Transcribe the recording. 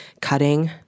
cutting